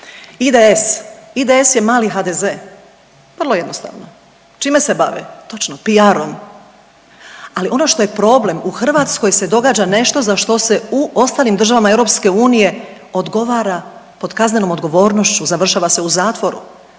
IDS, IDS je mali HDZ, vrlo jednostavno. Čime se bave? Točno PR-om. Ali ono što je problem u Hrvatskoj se događa nešto za što se u ostalim državama EU odgovara pod kaznenom odgovornošću završava se u zatvoru,